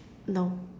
no